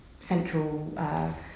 central